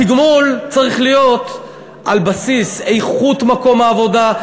התגמול צריך להיות על בסיס איכות מקום העבודה,